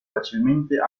facilmente